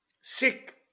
sick